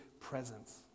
presence